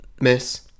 miss